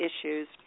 issues